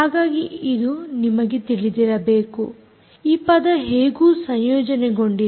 ಹಾಗಾಗಿ ಇದು ನಿಮಗೆ ತಿಳಿದಿರಬೇಕು ಈ ಪದ ಹೇಗೂ ಸಂಯೋಜನೆಗೊಂಡಿದೆ